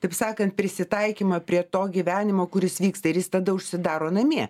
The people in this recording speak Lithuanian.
taip sakant prisitaikymą prie to gyvenimo kuris vyksta ir jis tada užsidaro namie